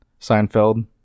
Seinfeld